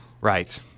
right